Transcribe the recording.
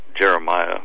Jeremiah